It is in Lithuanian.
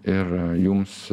ir jums